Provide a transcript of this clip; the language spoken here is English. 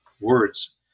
words